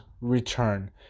return